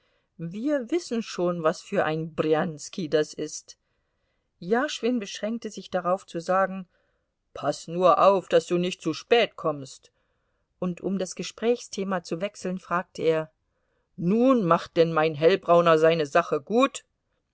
wir wissen schon was für ein brjanski das ist jaschwin beschränkte sich darauf zu sagen paß nur auf daß du nicht zu spät kommst und um das gesprächsthema zu wechseln fragte er nun macht denn mein hellbrauner seine sache gut